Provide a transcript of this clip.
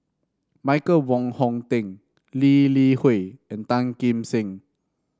Michael Wong Hong Teng Lee Li Hui and Tan Kim Seng